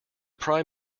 prime